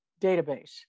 database